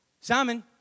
Simon